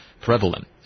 prevalent